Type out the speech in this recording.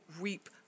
reap